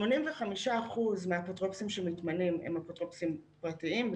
85% מן האפוטרופוסים שמתמנים הם אפוטרופוסים פרטיים,